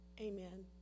Amen